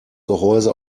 gehäuse